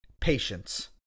patience